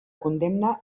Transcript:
condemna